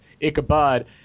Ichabod